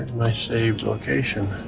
my saved location.